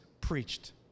preached